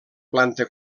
planta